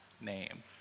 name